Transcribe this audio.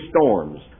storms